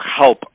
help